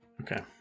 Okay